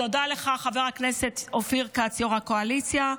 תודה לך, חבר הכנסת אופיר כץ, יו"ר הקואליציה,